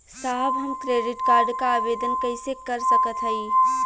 साहब हम credit card क आवेदन कइसे कर सकत हई?